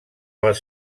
les